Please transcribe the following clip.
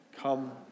Come